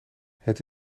het